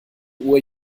uhr